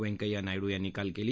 व्यंकय्या नायडू यांनी काल दिली